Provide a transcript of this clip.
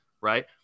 right